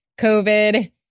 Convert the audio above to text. COVID